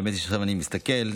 עכשיו אני מסתכל,